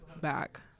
back